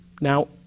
now